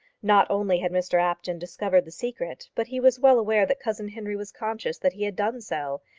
not only had mr apjohn discovered the secret, but he was well aware that cousin henry was conscious that he had done so,